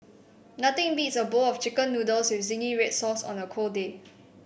nothing beats a bowl of chicken noodles with zingy red sauce on a cold day